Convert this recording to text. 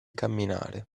camminare